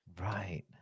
right